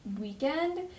weekend